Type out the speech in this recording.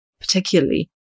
particularly